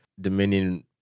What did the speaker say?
Dominion